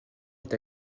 est